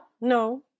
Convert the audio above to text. no